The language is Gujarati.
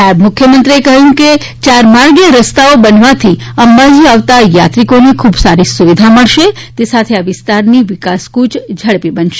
નાયબ મુખ્યમંત્રીશ્રીએ કહ્યું કે ચાર માર્ગીય રસ્તાઓ બનવાથી અંબાજી આવતા યાત્રિકોને ખુબ સારી સુવિધા મળશે તે સાથે આ વિસ્તારની વિકાસફ્રય ઝડપી બનશે